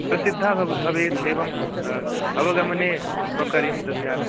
प्रसिद्धा भवेत् एवम् अवगमने सौखर्यं दद्यात्